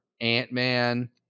Ant-Man